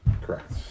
Correct